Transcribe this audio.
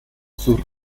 sus